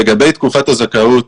לגבי תקופת הזכאות.